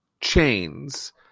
chains